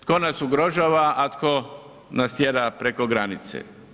Tko nas ugrožava a tko nas tjera preko granice?